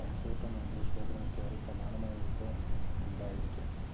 consort എന്ന English പദത്തിന് മിക്കവാറും സമാനമായ ഉത്ഭവം ഉണ്ടായിരിക്കാം